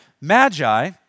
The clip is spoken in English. magi